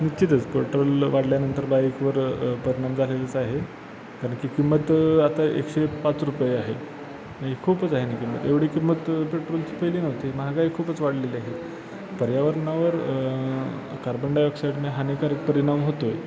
निश्चितच पेट्रोल वाढल्यानंतर बाईकवर परिणाम झालेलंच आहे कारण की किंमत आता एकशे पाच रुपये आहे आणि खूपच आहे नी किंमत एवढी किंमत पेट्रोलची पहिली नव्हती महागाई खूपच वाढलेली आहे पर्यावरणावर कार्बन डायऑक्साईडने हानीकारक परिणाम होत आहे